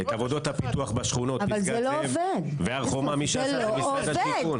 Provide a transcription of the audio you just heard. את עבודות הפיתוח בשכונות פסגת זאב והר חומה עשה משרד השיכון.